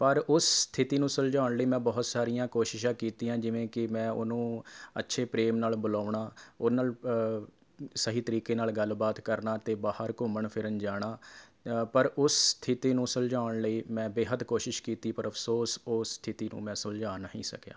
ਪਰ ਉਸ ਸਥਿਤੀ ਨੂੰ ਸੁਲਝਾਉਣ ਲਈ ਮੈਂ ਬਹੁਤ ਸਾਰੀਆਂ ਕੋਸ਼ਿਸ਼ਾਂ ਕੀਤੀਆਂ ਜਿਵੇਂ ਕਿ ਮੈਂ ਉਹਨੂੰ ਅੱਛੇ ਪ੍ਰੇਮ ਨਾਲ ਬੁਲਾਉਣਾ ਉਹ ਨਾਲ ਸਹੀ ਤਰੀਕੇ ਨਾਲ ਗੱਲਬਾਤ ਕਰਨਾ ਅਤੇ ਬਾਹਰ ਘੁੰਮਣ ਫਿਰਨ ਜਾਣਾ ਪਰ ਉਸ ਸਥਿਤੀ ਨੂੰ ਸੁਲਝਾਉਣ ਲਈ ਮੈਂ ਬੇਹੱਦ ਕੋਸ਼ਿਸ਼ ਕੀਤੀ ਪਰ ਅਫਸੋਸ ਉਸ ਸਥਿਤੀ ਨੂੰ ਮੈਂ ਸੁਲਝਾ ਨਹੀਂ ਸਕਿਆ